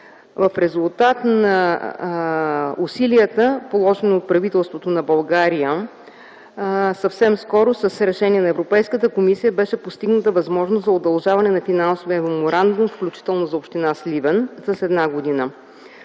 В резултат на усилията, положени от правителството на България, съвсем скоро с решение на Европейската комисия беше постигната възможност за удължаване на финансовия меморандум, включително за община Сливен, с една година.